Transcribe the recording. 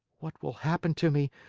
what will happen to me?